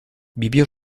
vivió